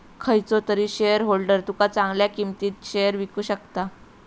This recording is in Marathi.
खयचो तरी शेयरहोल्डर तुका चांगल्या किंमतीत शेयर विकु शकता